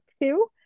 two